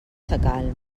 sacalm